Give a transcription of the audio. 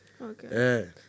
Okay